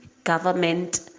government